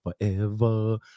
forever